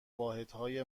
واحدهای